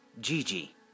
Gigi